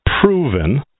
proven